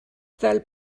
fel